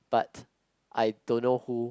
but I don't know who